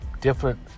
different